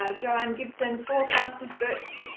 um joanne gibson, four classes booked.